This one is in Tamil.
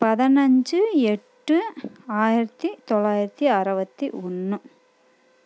பதினைஞ்சி எட்டு ஆயிரத்து தொள்ளாயிரத்தி அறுவத்தி ஒன்று